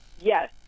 yes